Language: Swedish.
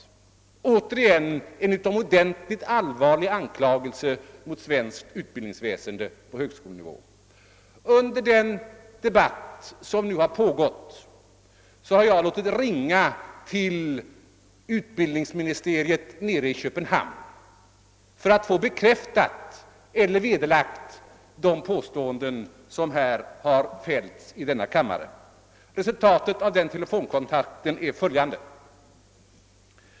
återigen en utomordentligt allvarlig anklagelse mot svenskt utbildningsväsende på högskolenivå! Under den debatt som nu pågår här i kammaren har jag låtit ringa till utbildningsministeriet i Köpenhamn för att få dessa påståenden bekräftade eller vederlagda. Resultatet av den telefonkontakten är följande.